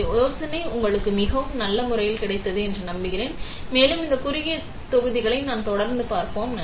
இந்த யோசனை உங்களுக்கு மிகவும் நல்ல முறையில் கிடைத்தது என்று நம்புகிறேன் மேலும் இந்த குறுகிய தொகுதிகளை நாங்கள் தொடர்ந்து பார்ப்போம்